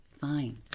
Fine